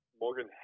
Morgan